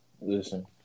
Listen